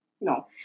No